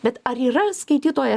bet ar yra skaitytoją